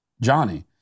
Johnny